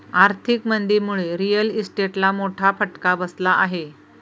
आर्थिक मंदीमुळे रिअल इस्टेटला मोठा फटका बसला आहे